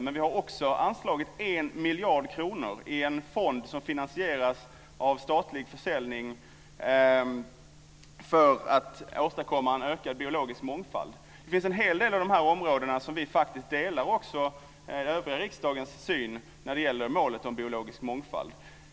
Men vi har också anslagit en miljard kronor i en fond som finansieras av statlig försäljning för att åstadkomma en ökad biologisk mångfald. Det finns en hel del områden där vi faktiskt delar den övriga riksdagens syn på målet om biologisk mångfald.